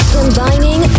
combining